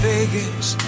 Vegas